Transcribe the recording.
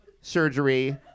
surgery